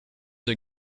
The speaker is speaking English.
are